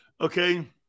Okay